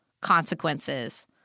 consequences